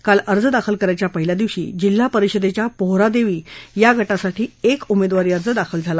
काल अर्ज दाखल करायच्या पहिल्या दिवशी जिल्हा परिषदछ्या पोहरादछ्यीया गटासाठी एक उमछ्वारी अर्ज दाखल झाला